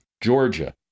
Georgia